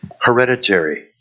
hereditary